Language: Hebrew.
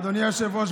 אדוני היושב-ראש,